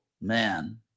man